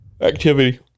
activity